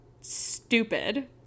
stupid